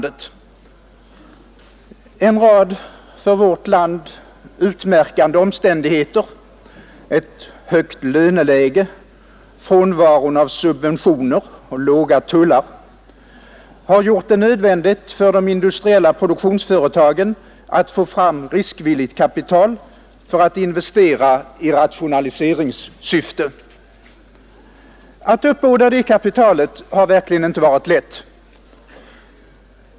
En rad för vårt land utmärkande omständigheter — ett högt löneläge, frånvaron av subventioner, låga tullar — har gjort det nödvändigt för de industriella produktionsföretagen att få fram riskvilligt kapital för att investera i rationaliseringssyfte. Att uppbåda det kapitalet har verkligen inte varit lätt.